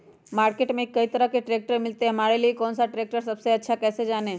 Market में कई तरह के ट्रैक्टर मिलते हैं हमारे लिए कौन सा ट्रैक्टर सबसे अच्छा है कैसे जाने?